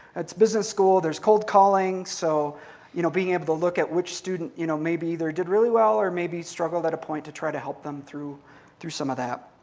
it's a business school, there's cold calling. so you know being able to look at which student you know maybe either did really well or maybe struggled at a point to try to help them through through some of that.